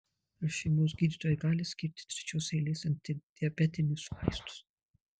ar šeimos gydytojai gali skirti trečios eilės antidiabetinius vaistus